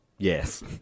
Yes